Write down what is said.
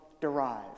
derive